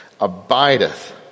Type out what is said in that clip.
abideth